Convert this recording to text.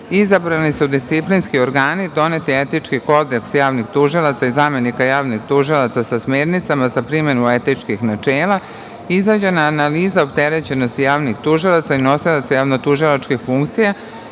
izabrani su disciplinski organi, donet je Etički kodeks javnih tužilaca i zamenika javnih tužilaca, sa smernicama za primenu etičkih načela, izrađena je analiza opterećenosti javnih tužilaca i nosilaca javno-tužilačkih funkcija